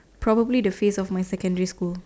probably the face of my secondary school